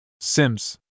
Sims